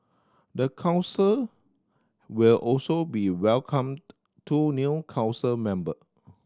the council will also be welcomed two new council member